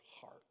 heart